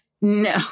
No